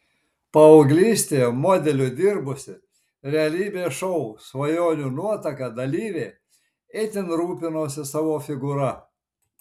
paauglystėje modeliu dirbusi realybės šou svajonių nuotaka dalyvė itin rūpinosi savo figūra